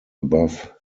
above